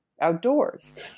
outdoors